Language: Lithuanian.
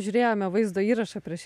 žiūrėjome vaizdo įrašą prieš